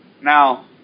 Now